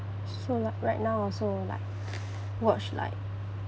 so like right now also like watch like